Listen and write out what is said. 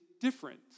different